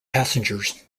passengers